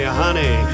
honey